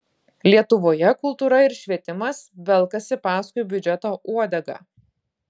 lietuvoje kultūra ir švietimas velkasi paskui biudžeto uodegą